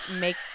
make